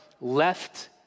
left